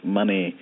money